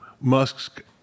Musk